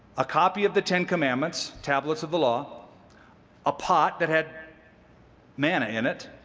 a copy of the ten commandments, tablets of the law a pot that had manna in it,